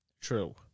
True